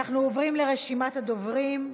אנחנו עוברים לרשימת הדוברים.